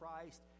christ